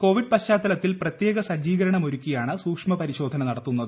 Covid പശ്ചാത്തലത്തിൽ പ്രത്യേക സജീകരണം ഒരുക്കിയാണ് സൂഷ്മപരിശോധന നടത്തുന്നത്